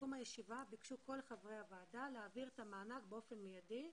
בסיכום הישיבה ביקשו כל חברי הוועדה להעביר את המענק באופן מיידי